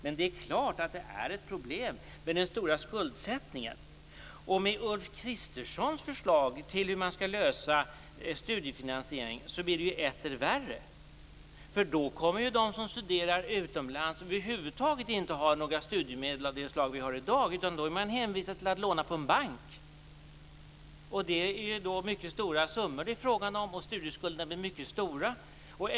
Men det är klart att den stora skuldsättningen är ett problem. Med Ulf Kristerssons förslag till hur man skall lösa studiefinansieringsfrågan blir det ju etter värre. Då kommer ju de som studerar utomlands över huvud taget inte att ha några studiemedel av det slag som finns i dag, utan de kommer att vara hänvisade till att låna från en bank. Det är ju fråga om mycket stora summor, och studieskulderna blir därmed mycket stora.